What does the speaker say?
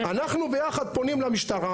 אנחנו ביחד פונים למשטרה,